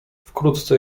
wkrótce